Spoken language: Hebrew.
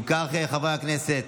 אם כך, חברי הכנסת,